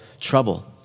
trouble